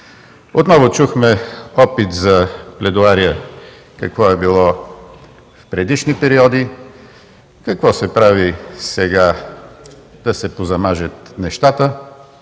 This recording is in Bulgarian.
Отново чухме опит за пледоария какво е било в предишни периоди, какво се прави сега – да се позамажат нещата,